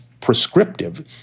prescriptive